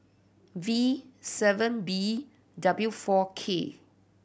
V seven B W four K